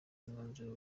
mwanzuro